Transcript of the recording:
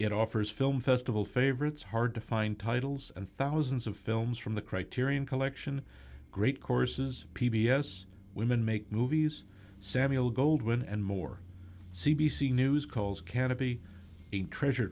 it offers film festival favorites hard to find titles and thousands of films from the criterion collection great courses p b s women make movies samuel goldwyn and more c b c news calls canopy a treasure